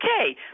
okay